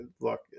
look